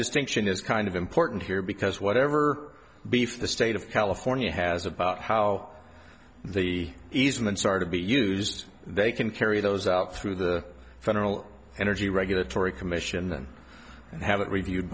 distinction is kind of important here because whatever beef the state of california has about how the ease with and start to be used they can carry those out through the federal energy regulatory commission and have it reviewed